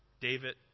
David